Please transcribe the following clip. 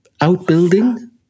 outbuilding